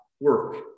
work